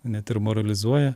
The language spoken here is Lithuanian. net ir moralizuoja